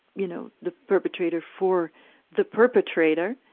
you know, the perpetrator for the perpetrator,